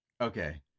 Okay